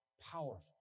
Powerful